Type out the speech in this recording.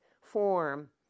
form